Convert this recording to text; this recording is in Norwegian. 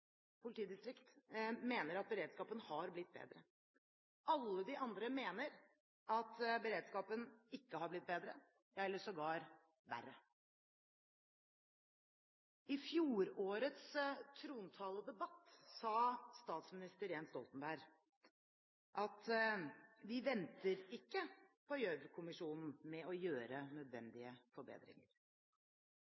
politidistrikt mener at beredskapen har blitt bedre. Alle de andre mener at beredskapen ikke har blitt bedre, eller sågar verre. I fjorårets trontaledebatt sa statsminister Jens Stoltenberg at vi venter ikke på Gjørv-kommisjonen med å gjøre